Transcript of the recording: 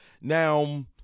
Now